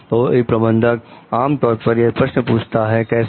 तो एक प्रबंधक आमतौर पर यह प्रश्न पूछता है कैसे